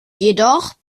jedoch